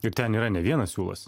juk ten yra ne vienas siūlas